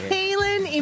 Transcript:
Kaylin